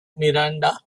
miranda